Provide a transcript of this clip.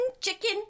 chicken